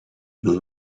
will